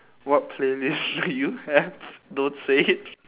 what playlists do you have don't say it